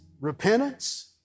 repentance